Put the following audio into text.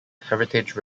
heritage